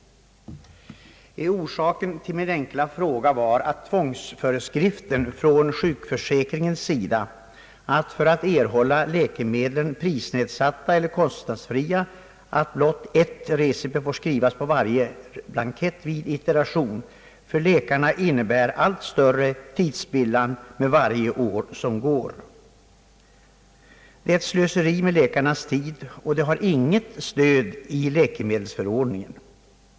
Orsaken till min enkla fråga var att tvångsföreskriften från sjukförsäkringens sida, att för att erhålla läkemedlen prisnedsatta eller kostnadsfria endast ett recept får skrivas på varje blankett vid iteration, för läkarna innebär allt större tidspillan för varje år som går. Det är ett slöseri med läkarnas tid, och det har inget stöd i läkemedelsförordningen.